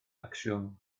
acsiwn